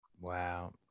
Wow